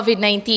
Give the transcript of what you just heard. COVID-19